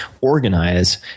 organize